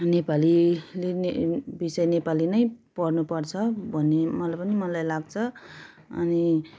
नेपालीले नै विषय नेपाली नै पढ्नुपर्छ भन्ने मलाई पनि मलाई लाग्छ अनि